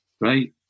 right